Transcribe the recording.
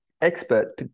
expert